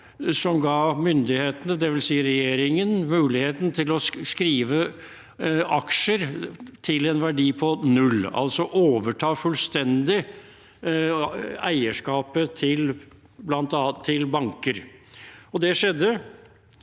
som ga myndighetene, dvs. regjeringen, muligheten til å skrive aksjer til en verdi på null, altså overta fullstendig eierskapet bl.a. til banker. Og det skjedde.